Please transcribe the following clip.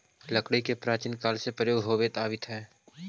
लकड़ी के प्राचीन काल से प्रयोग होवित आवित हइ